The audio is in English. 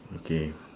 okay